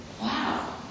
wow